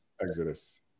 exodus